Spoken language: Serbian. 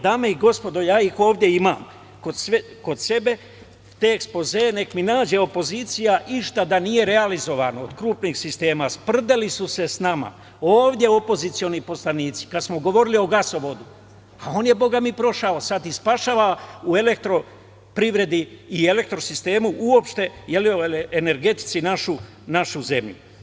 Dame i gospodo, ja ih ovde imam kod sebe, te ekspozee, nek mi nađe opozicija išta da nije realizovano od krupnih sistema, a sprdali su se sa nama, ovde opozicioni poslanici kada smo govorili o gasovodu i on je prošao, sad i spašava u Elektroprivredi i Elektrosistemu, uopšte u energetici našu zemlju.